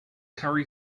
curry